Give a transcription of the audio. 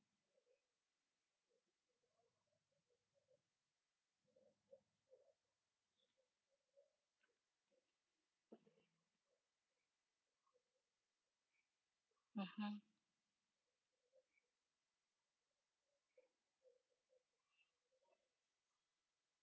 mmhmm